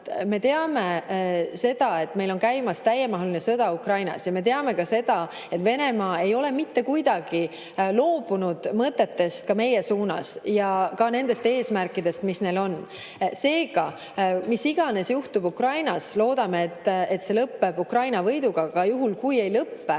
Me teame seda, et meil on käimas täiemahuline sõda Ukrainas, ja me teame ka seda, et Venemaa ei ole loobunud mõtetest meie suunas ja ka nendest eesmärkidest, mis neil on. Seega, mis iganes juhtub Ukrainas – loodame, et see lõpeb Ukraina võiduga. Aga juhul, kui ei lõpe,